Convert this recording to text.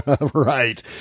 Right